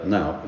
Now